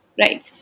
right